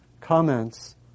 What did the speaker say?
comments